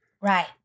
Right